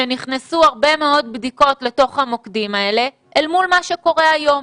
שנכנסו הרבה מאוד בדיקות לתוך המוקדים האלה אל מול מה שקורה היום.